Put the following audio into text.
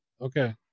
okay